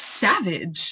savage